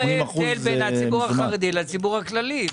אני לא רואה הבדל בין הציבור החרדי לציבור הכללי.